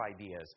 ideas